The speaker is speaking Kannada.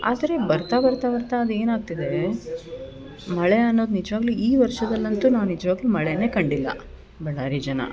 ಆದರೆ ಬರ್ತಾ ಬರ್ತಾ ಬರ್ತಾ ಅದು ಏನು ಆಗ್ತಿದೇ ಮಳೆ ಅನ್ನೋದು ನಿಜವಾಗ್ಲು ಈ ವರ್ಷದಲ್ಲಿ ಅಂತು ನಾ ನಿಜವಾಗ್ಲು ಮಳೆನೇ ಕಂಡಿಲ್ಲ ಬಳ್ಳಾರಿ ಜನ